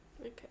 Okay